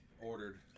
ordered